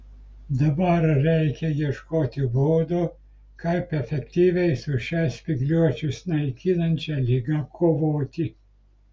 dabar reikia ieškoti būdų kaip efektyviai su šia spygliuočius naikinančia liga kovoti